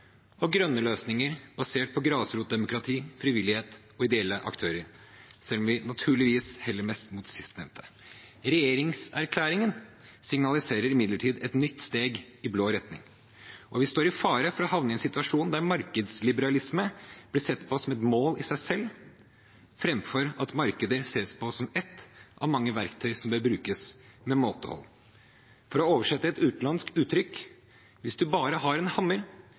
og grønne løsninger, basert på grasrotdemokrati, frivillighet og ideelle aktører – selv om vi naturligvis heller mest mot sistnevnte. Regjeringserklæringen signaliserer imidlertid et nytt steg i blå retning, og vi står i fare for å havne i en situasjon der markedsliberalisme blir sett på som et mål i seg selv, framfor at markedet ses på som ett av mange verktøy, og som bør brukes med måtehold. For å oversette et utenlandsk uttrykk: «Hvis du bare har en hammer,